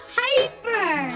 hyper